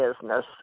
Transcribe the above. business